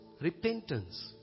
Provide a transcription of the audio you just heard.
repentance